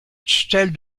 tutelle